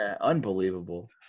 unbelievable